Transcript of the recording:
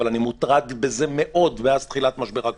אבל אני מוטרד מזה מאוד מאז תחילת משבר הקורונה.